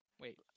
Wait